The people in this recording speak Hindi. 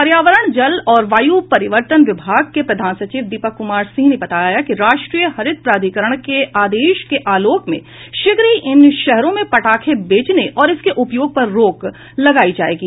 पर्यावरण जल और वायू परिवर्तन विभाग के प्रधान सचिव दीपक कुमार सिंह ने बताया राष्ट्रीय हरित प्राधिकरण के आदेश के आलोक में शीघ्र ही इन शहरों में पटाखे बेचने और इसके उपयोग पर रोक लगायी जायेगी